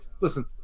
listen